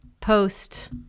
post